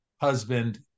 husband